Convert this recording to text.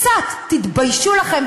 קצת תתביישו לכם,